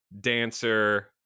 Dancer